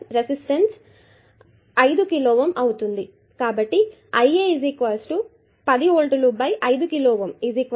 కాబట్టి IA 10V 5కిలోΩ2మిల్లి amps